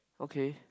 okay